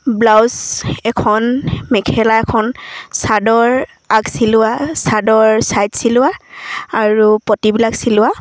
blouse এখন মেখেলা এখন চাদৰ আগ চিলোৱা চাদৰ ছাইড চিলোৱা আৰু পতিবিলাক চিলোৱা